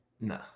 No